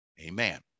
Amen